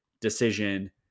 decision